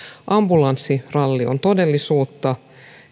ambulanssiralli on todellisuutta